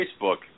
Facebook